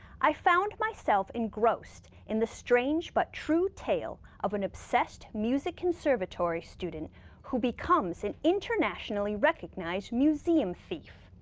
i found myself engrossed in the strange but true tale of an obsessed music conservatory student who becomes an internationally recognized museum thief.